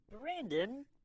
Brandon